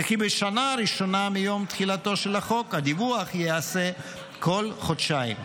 וכי בשנה הראשונה מיום תחילתו של החוק הדיווח ייעשה כל חודשיים.